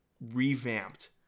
revamped